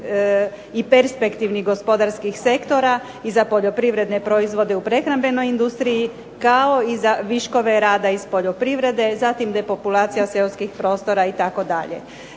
i perspektivnih gospodarskih sektora i za poljoprivredne proizvode u prehrambenoj industriji kao i za viškove rada iz poljoprivrede, zatim depopulacija seoskih prostora itd.